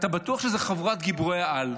אתה בטוח שזה חבורת גיבורי-על.